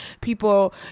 people